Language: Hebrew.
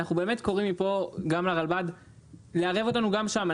אנחנו קוראים מפה לרלב"ד לערב אותנו גם שם.